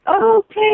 okay